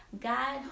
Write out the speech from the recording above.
god